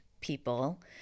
people